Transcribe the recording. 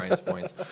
points